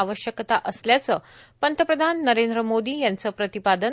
आवश्यकता असल्याचं पंतप्रधान नरेंद्र मोदी यांचं प्रतिपादन